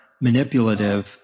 manipulative